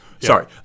Sorry